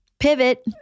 pivot